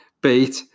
beat